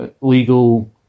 legal